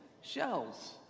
Shells